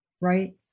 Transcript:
right